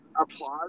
applause